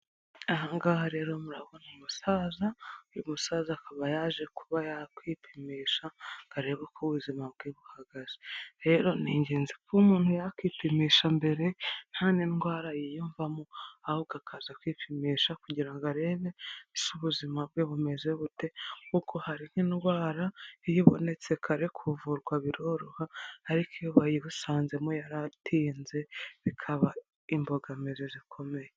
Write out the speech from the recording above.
Aha ngaha rero murabona umusaza, uyu musaza akaba yaje kuba yakwipimisha areba uko ubuzima bwe buhagaze. Rero ni ingenzi kuba umuntu yakwipimisha mbere nta n'indwara yiyumvamo, ahubwo akaza kwipimisha kugira arebe se ubuzima bwe bumeze bute. Kuko hariho indwara iyo ibonetse kare kuvurwa biroroha, ariko iyo bayigusanzemo yaratinze bikaba imbogamizi zikomeye.